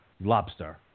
lobster